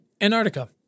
Antarctica